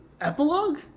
epilogue